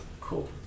cool